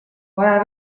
vaja